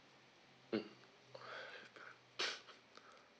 mm